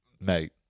Mate